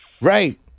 right